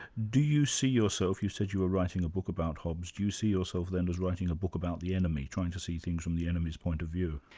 do you see yourself, you said you were writing a book about hobbes, do you see yourself then as writing a book about the enemy, trying to see things from the enemy's point of view?